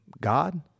God